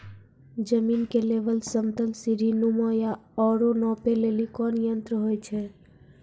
जमीन के लेवल समतल सीढी नुमा या औरो नापै लेली कोन यंत्र होय छै?